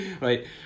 right